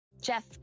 Jeff